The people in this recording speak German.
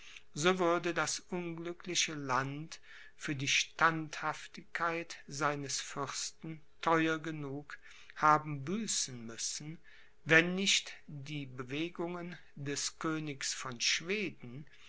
so würde das unglückliche land für die sündhaftigkeit seines fürsten theuer genug haben büßen müssen wenn nicht die bewegungen des königs von schweden